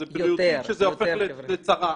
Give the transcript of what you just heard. זה בריאותי כשזה הופך לצרה,